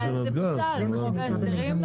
זה פוצל מחוק ההסדרים.